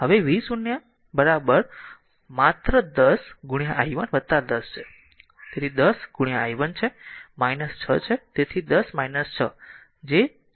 તેથી હવે v0 માત્ર 10 i 1 10 છે તેથી 10 i 1 છેએ 6 છે